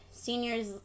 Seniors